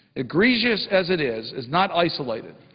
egregious as it is, is not isolated.